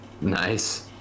Nice